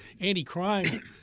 anti-crime